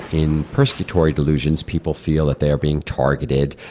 in persecutory delusions, people feel that they are being targeted,